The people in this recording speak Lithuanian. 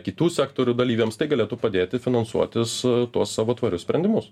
kitų sektorių dalyviams tai galėtų padėti finansuotis tuos savo tvarius sprendimus